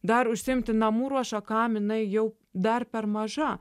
dar užsiimti namų ruoša kam jinai jau dar per maža